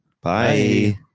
Bye